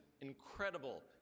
incredible